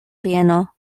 vieno